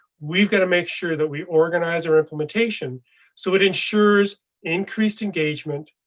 we've got to make sure that we organize our implementation so it ensures increased engagement.